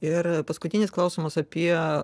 ir paskutinis klausimas apie